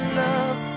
love